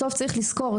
בסוף צריך לזכור,